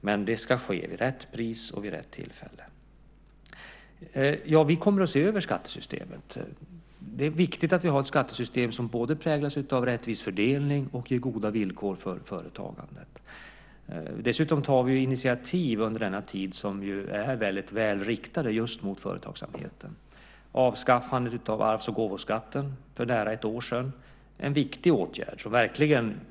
Men det ska alltså ske, till rätt pris och vid rätt tillfälle. Vi kommer att se över skattesystemet. Det är viktigt att vi har ett skattesystem som både präglas av rättvis fördelning och ger goda villkor för företagandet. Dessutom tar vi initiativ under denna tid som är väl riktade just till företagsamheten. Det gäller avskaffandet av arvs och gåvoskatten för nära ett år sedan. Det är en viktig åtgärd.